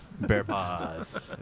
Bearpaws